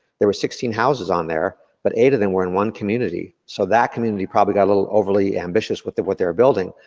there were sixteen houses on there, but eight of them were in one community. so that community probably got a little overly ambitious with what they're building.